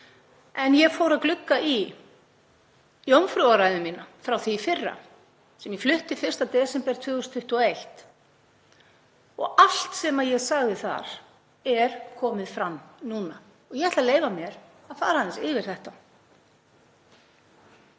en ég fór að glugga í jómfrúrræðu mína frá því í fyrra, sem ég flutti 1. desember 2021, og allt sem ég sagði þar er komið fram núna. Ég ætla að leyfa mér að fara aðeins yfir það.